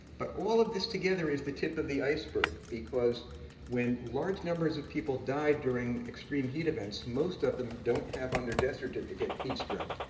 but all of this together is the tip of the iceberg. because when large numbers of people die during extreme heat events, most of them don't have on their death certificate, heat stroke.